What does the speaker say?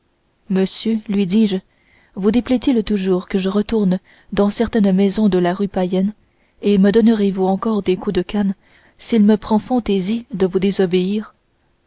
monsieur lui dis-je vous déplaît il toujours que je retourne dans certaine maison de la rue payenne et me donnerez-vous encore des coups de canne s'il me prend fantaisie de vous désobéir